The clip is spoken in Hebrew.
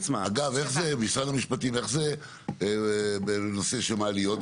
אגב, משרד המשפטים, איך זה בנושא של המעליות?